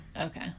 Okay